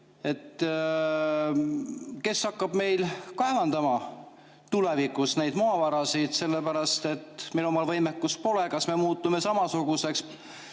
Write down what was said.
kes hakkab meil kaevandama tulevikus neid maavarasid? Meil omal võimekust pole. Kas me muutume samasuguseks